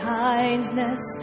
kindness